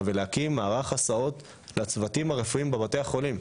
ולהקים מערך הסעות לצוותים הרפואיים בבתי החולים.